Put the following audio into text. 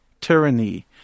tyranny